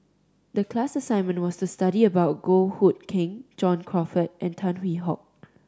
the class assignment was to study about Goh Hood Keng John Crawfurd and Tan Hwee Hock